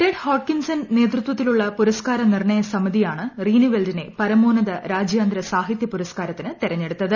Ted Hodgkinson നേതൃത്വത്തിലൂള്ള പുരസ്ക്കാര നിർണ്ണയ സമിതിയാണ് റിനീവെൽഡിനെ പരമോന്നത രാജ്യാന്തര സാഹിത്യ പുരസ്ക്കാരത്തിന് തെരഞ്ഞെടുത്തത്